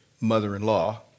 mother-in-law